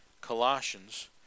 Colossians